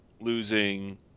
losing